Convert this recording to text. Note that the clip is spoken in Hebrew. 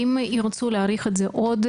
אם ירצו להאריך את זה עוד,